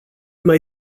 mai